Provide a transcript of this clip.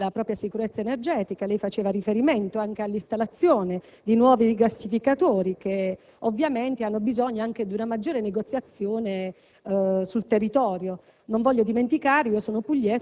per garantire la propria sicurezza energetica. Lei faceva riferimento all'installazione di nuovi gassificatori che necessitano anche di una maggiore negoziazione sul territorio.